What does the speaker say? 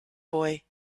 boy